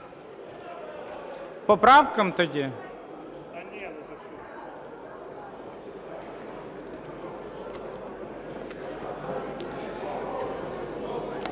По правках тоді?